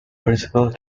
principle